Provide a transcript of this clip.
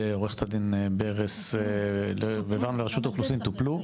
עורכת הדין ליאור ברס והעברנו לרשות האוכלוסין טופלו.